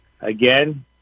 again